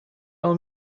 all